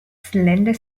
slender